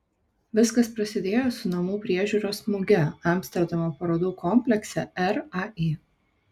viskas prasidėjo su namų priežiūros muge amsterdamo parodų komplekse rai